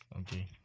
Okay